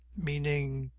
meaning,